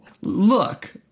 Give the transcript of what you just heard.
look